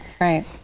right